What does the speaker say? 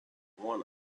one